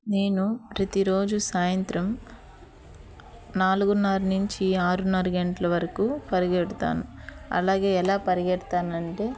నేను ప్రతిరోజూ సాయంత్రం నాలుగున్నర నుంచి ఆరున్నర గంటల వరకు పరిగెడతాను అలాగే ఎలా పరిగెడతాను అంటే